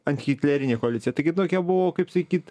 antihitlerinė koalicija taigi tokia buvo kaip sakyt